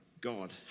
God